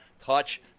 Touch